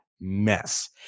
mess